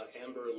Amber